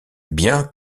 bien